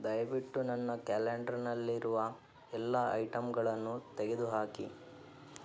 ದಯವಿಟ್ಟು ನನ್ನ ಕ್ಯಾಲೆಂಡ್ರ್ನಲ್ಲಿರುವ ಎಲ್ಲ ಐಟಂಗಳನ್ನು ತೆಗೆದುಹಾಕಿ